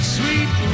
sweet